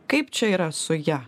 kaip čia yra su ja